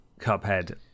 Cuphead